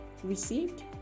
Received